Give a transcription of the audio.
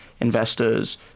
investors